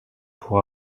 pour